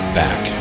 back